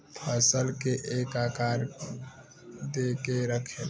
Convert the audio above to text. फसल के एक आकार दे के रखेला